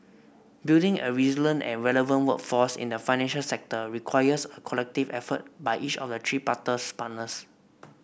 building a resilient and relevant workforce in the financial sector requires a collective effort by each of the tripartite partners